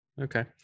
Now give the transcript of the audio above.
Okay